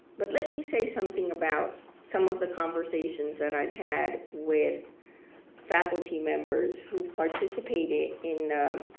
but let me say something about some of the conversations that i've had with faculty members who participated in the